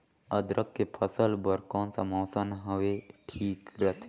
अदरक के फसल बार कोन सा मौसम हवे ठीक रथे?